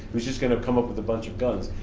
who's just gonna come up with a bunch of guns.